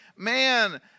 Man